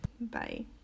bye